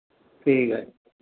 ਠੀਕ ਹੈ